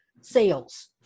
sales